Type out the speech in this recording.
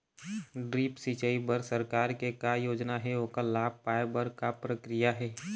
Drip सिचाई बर सरकार के का योजना हे ओकर लाभ पाय बर का प्रक्रिया हे?